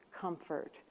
comfort